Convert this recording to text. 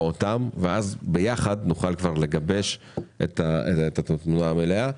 אותם ואז ביחד נוכל כבר לגבש את התמונה המלאה.